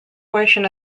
portion